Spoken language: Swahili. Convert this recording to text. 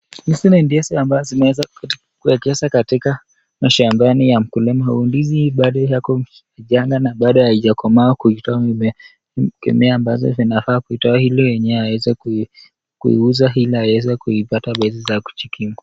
Hizi ni ndizi ambazo zimeweza kuwekezwa katika mashambani ya mkulima, ndizi hii bado yako changa na bado haijakomaa kuitoa mimea ambazo zinafaa kutoa ili wenyewe waeze kuiuza ili waeze kuipata pesa za kujikimu.